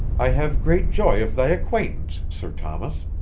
i have great joy of thy acquaintance, sir thomas.